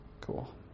Cool